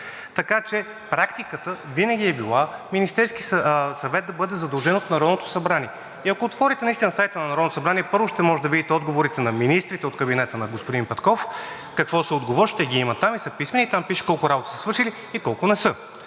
Така че практиката винаги е била Министерският съвет да бъде задължен от Народното събрание. И ако отворите наистина сайта на Народното събрание, първо, ще можете да видите отговорите на министрите от кабинета на господин Петков, какво са отговорили, ще ги има там и са писмени, там пише колко работа са свършили и колко не са.